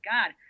God